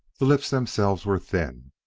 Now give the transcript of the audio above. the lips themselves were thin,